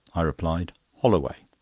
i replied holloway.